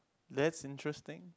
that's interesting